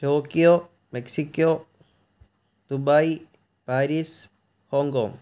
Tokyo Mexico Dubai Paris Hong Kong